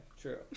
true